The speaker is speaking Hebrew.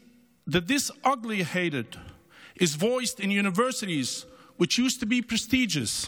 universities which used to be prestigious.